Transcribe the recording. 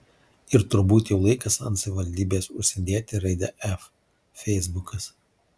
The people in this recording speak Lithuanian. ir turbūt jau laikas ant savivaldybės užsidėti raidę f feisbukas